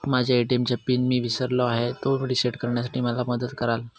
माझ्या ए.टी.एम चा पिन मी विसरलो आहे, तो रिसेट करण्यासाठी मला मदत कराल?